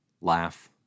laugh